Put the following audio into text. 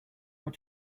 what